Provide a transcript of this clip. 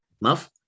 Muff